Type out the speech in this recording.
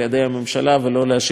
ולא להשאיר את זה ליד המקרה.